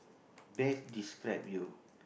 best describe you